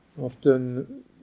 often